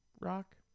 rock